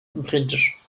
bridge